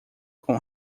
com